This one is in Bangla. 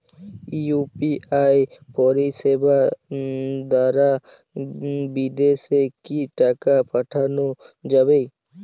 ইউ.পি.আই পরিষেবা দারা বিদেশে কি টাকা পাঠানো যাবে?